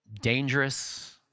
dangerous